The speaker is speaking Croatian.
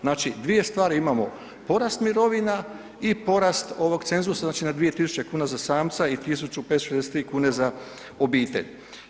Znači dvije stvari imamo, porast mirovina i porast ovog cenzusa znači na 2000 kn za samca i 1563 za obitelj.